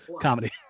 comedy